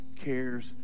cares